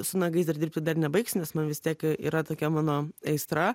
su nagais dar dirbti dar nebaigsiu nes man vis tiek yra tokia mano aistra